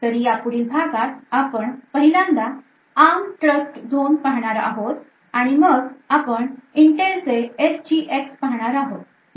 तर या पुढील भागात आपण पहिल्यांदा Arm Trustzone पाहणार आहोत आणि मग आपण Intel चे SGX पाहणार आहोत